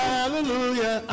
Hallelujah